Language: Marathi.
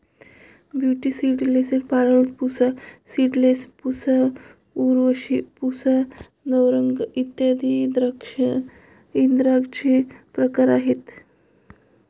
beauty seedless, Perlette, Pusa seedless, Pusa Urvashi, Pusa Navrang इत्यादी द्राक्षांचे प्रकार आहेत